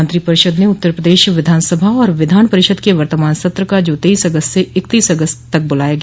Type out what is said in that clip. मंत्रिपरिषद ने उत्तर प्रदेश विधानसभा और विधान परिषद के वर्तमान सत्र का जो तेईस अगस्त से इक्तीस अगस्त तक बुलाया गया